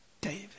David